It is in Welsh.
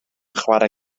chwarae